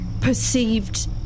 perceived